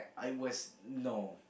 I was no